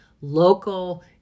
local